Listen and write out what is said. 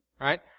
right